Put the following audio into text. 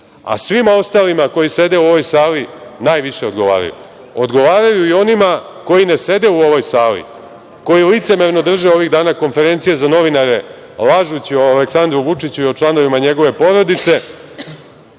a svima ostalima koji sede u ovoj sali najviše odgovaraju. Odgovaraju i onima koji ne sede u ovoj sali, koji licemerno drže ovih dana konferencije za novinare, lažući o Aleksandru Vučiću i o članovima njegove porodice,